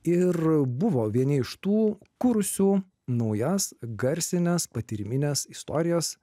ir buvo vieni iš tų kūrusių naujas garsines patyrimines istorijas